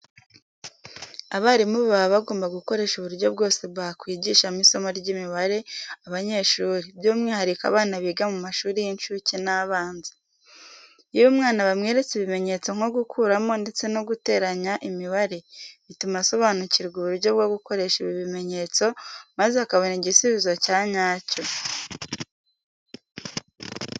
Abarimu baba bagomba gukoresha uburyo bwose bakwigishamo isomo ry'imibare abanyeshuri by'umwihariko abana biga mu mashuri y'incuke n'abanza. Iyo umwana bamweretse ibimenyetso nko gukuramo ndetse no guteranya imibare, bituma asobanukirwa uburyo bwo gukoresha ibi bimenyetso, maze akabona igisubizo cya nyacyo.